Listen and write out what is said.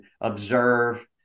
observe